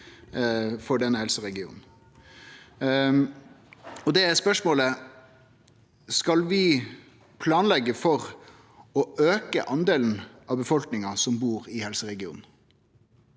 for denne helseregionen. Spørsmålet er: Skal vi planleggje for å auke andelen av befolkninga som bur i helseregionen?